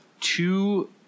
two